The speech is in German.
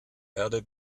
erde